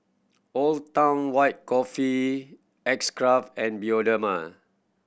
Old Town White Coffee X Craft and Bioderma